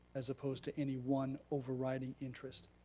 as opposed to any one overriding interest.